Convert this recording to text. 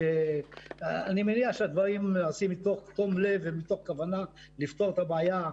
אני מניח שהדברים נעשים בתום לב ומתוך כוונה לפתור את הבעיה,